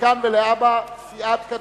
מכאן ולהבא: סיעת קדימה,